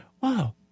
wow